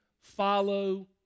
Follow